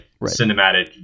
cinematic